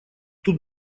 тут